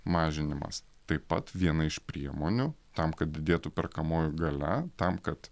mažinimas taip pat viena iš priemonių tam kad didėtų perkamoji galia tam kad